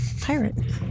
pirate